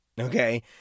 Okay